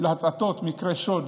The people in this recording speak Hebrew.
מקרי שוד,